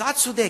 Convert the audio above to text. זו הצעה צודקת